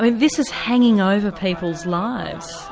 and this is hanging over people's lives.